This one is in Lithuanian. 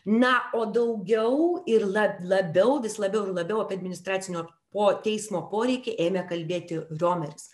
na o daugiau ir lab labiau vis labiau ir labiau apie administracinio po teismo poreikį ėmė kalbėti riomeris